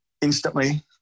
instantly